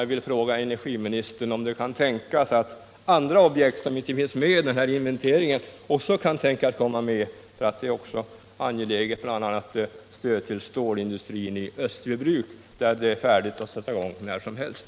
Jag vill fråga energiministern om det kan tänkas att även andra objekt, som inte finns med i denna inventering, kan komma med, bl.a. ett stöd till stålindustrin i Österbybruk. Där kan man sätta i gång när som helst.